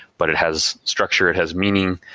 but it has structure. it has meaning.